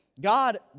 God